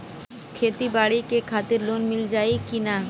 खेती बाडी के खातिर लोन मिल जाई किना?